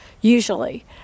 usually